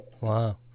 Wow